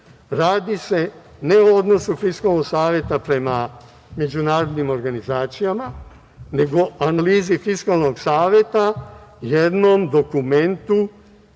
radi se ne o odnosu Fiskalnog saveta prema međunarodnim organizacijama, nego analizi Fiskalnog saveta, jednom dokumentu